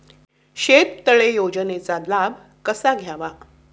शेततळे योजनेचा लाभ कसा घ्यावा?